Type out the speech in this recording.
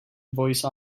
voice